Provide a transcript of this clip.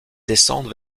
descendent